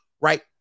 right